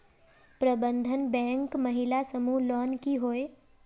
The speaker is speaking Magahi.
प्रबंधन बैंक महिला समूह लोन की होय?